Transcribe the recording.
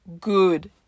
good